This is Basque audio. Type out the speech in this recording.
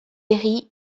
herri